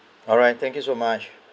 alright thank you so much